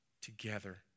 together